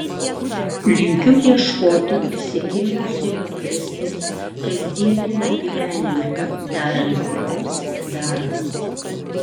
linkiu ieškoti prisikėlusiojo kristaus kasdieniame gyvenime darant gerus darbus